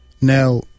Now